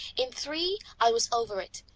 in three i was over it.